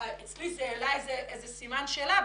ואצלי זה העלה איזה סימן שאלה.